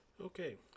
Okay